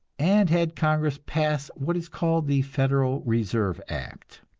and had congress pass what is called the federal reserve act,